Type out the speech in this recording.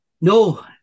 No